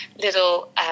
little